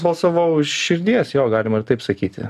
balsavau iš širdies jo galima ir taip sakyti